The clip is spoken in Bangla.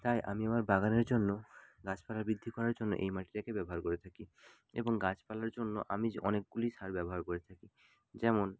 তাই আমি আমার বাগানের জন্য গাছপালা বৃদ্ধি করার জন্য এই মাটিটাকে ব্যবহার করে থাকি এবং গাছপালার জন্য আমি যে অনেকগুলি সার ব্যবহার করে থাকি যেমন